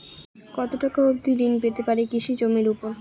কত টাকা অবধি ঋণ পেতে পারি কৃষি জমির উপর?